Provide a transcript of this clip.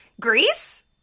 Greece